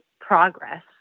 progress